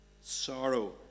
Sorrow